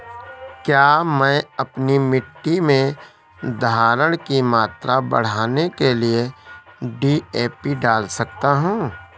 क्या मैं अपनी मिट्टी में धारण की मात्रा बढ़ाने के लिए डी.ए.पी डाल सकता हूँ?